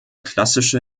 klassische